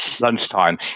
lunchtime